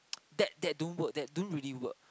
that that don't work that don't really work